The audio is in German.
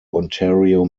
ontario